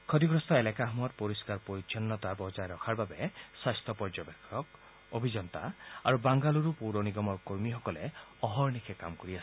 ক্ষতিগ্ৰস্ত এলেকাসমূহত পৰিষ্ণাৰ পৰিষ্ছন্নতা বজাই ৰখাৰ বাবে স্বাস্থ্য পৰ্যবেক্ষক অভিযন্তা আৰু বাংগালুৰু পৌৰ নিগমৰ কৰ্মীসকলে অহৰ্নিশে কাম কৰি আছে